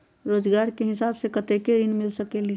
रोजगार के हिसाब से कतेक ऋण मिल सकेलि?